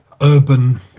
urban